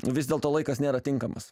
vis dėlto laikas nėra tinkamas